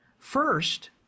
First